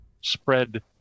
spread